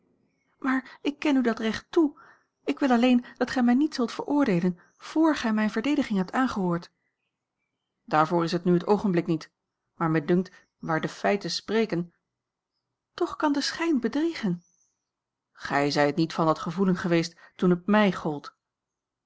maar ik ken u dat recht toe ik wil alleen dat gij mij niet zult veroordeelen vr gij mijne verdediging hebt aangehoord daarvoor is t nu het oogenblik niet maar mij dunkt waar de feiten spreken toch kan de schijn bedriegen gij zijt niet van dat gevoelen geweest toen het mij gold